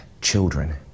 children